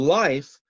life